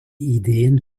ideen